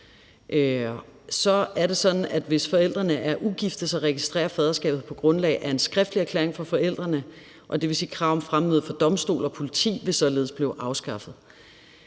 Så er det sådan, at hvis forældrene er ugifte, registreres faderskabet på grundlag af en skriftlig erklæring fra forældrene, og det vil sige, at krav om fremmøde for domstole og politi således vil blive afskaffet.